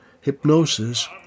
hypnosis